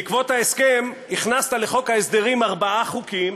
בעקבות ההסכם הכנסת לחוק ההסדרים ארבעה חוקים,